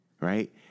Right